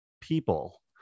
people